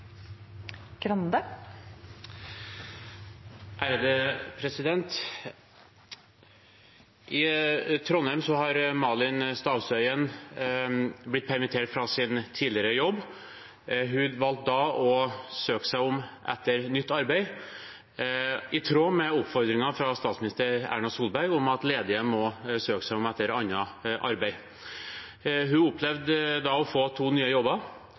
Det blir replikkordskifte. I Trondheim har Malin Stavsøien blitt permittert fra sin tidligere jobb. Hun valgte da å se seg om etter nytt arbeid, i tråd med oppfordringen fra statsminister Erna Solberg om at ledige må søke etter annet arbeid. Hun opplevde da å få to nye